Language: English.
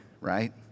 right